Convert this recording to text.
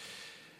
אליהם.